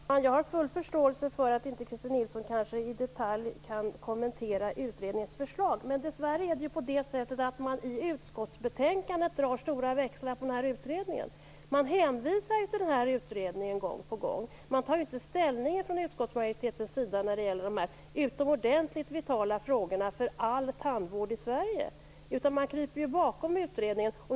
Fru talman! Jag har stor förståelse för att Christin Nilsson inte i detalj kan kommentera utredningens förslag. Men dessvärre drar det stora växlar på denna utredning i utskottsbetänkandet. Man hänvisar till utredningen gång på gång. Man tar inte ställning från utskottsmajoritetens sida när det gäller de utomordentligt vitala frågorna för all tandvård i Sverige. Man kryper bakom utredningen.